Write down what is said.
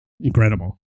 Incredible